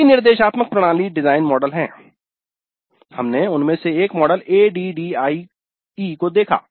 कई निर्देशात्मक प्रणाली डिजाइन मॉडल हैं हमने उनमें से एक मॉडल ADDIE एडीडीआईई को देखा